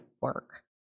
work